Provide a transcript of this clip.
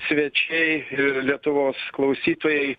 svečiai ir lietuvos klausytojai